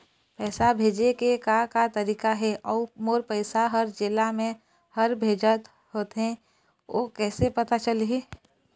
पैसा भेजे के का का तरीका हे अऊ मोर पैसा हर जेला मैं हर भेजे होथे ओ कैसे पता चलही?